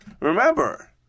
Remember